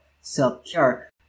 self-care